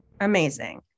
Amazing